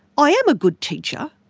i am a good teacher,